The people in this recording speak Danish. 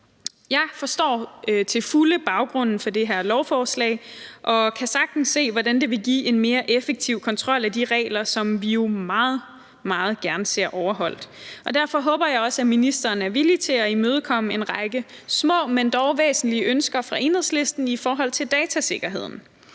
Jeg forstår til fulde baggrunden for det her lovforslag og kan sagtens se, hvordan det vil give en mere effektiv kontrol med de regler, som vi jo meget, meget gerne ser overholdt. Derfor håber jeg også, at ministeren er villig til at imødekomme en række små, men dog væsentlige ønsker fra Enhedslistens side i forhold til datasikkerheden.